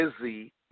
busy